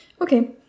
Okay